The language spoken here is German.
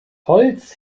holz